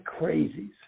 crazies